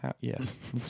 Yes